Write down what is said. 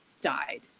died